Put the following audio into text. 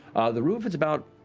the roof is about,